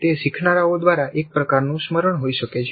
તે શીખનારાઓ દ્વારા એક પ્રકારનું સ્મરણ હોઈ શકે છે